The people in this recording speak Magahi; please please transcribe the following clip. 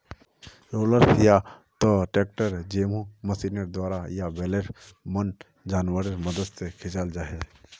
रोलर्स या त ट्रैक्टर जैमहँ मशीनेर द्वारा या बैलेर मन जानवरेर मदद से खींचाल जाछे